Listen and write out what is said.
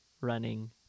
running